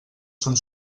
són